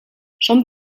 son